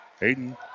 Hayden